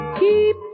Keep